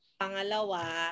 Pangalawa